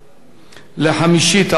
לחמישית האוכלוסייה?